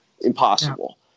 Impossible